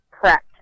Correct